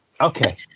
Okay